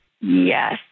Yes